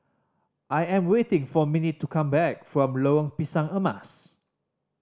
I am waiting for Minnie to come back from Lorong Pisang Emas